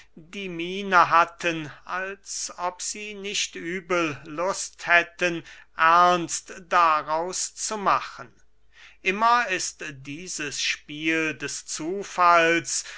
die miene hatten als ob sie nicht übel lust hätten ernst daraus zu machen immer ist dieses spiel des zufalls